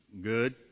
Good